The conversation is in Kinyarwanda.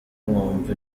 nkumva